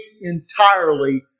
entirely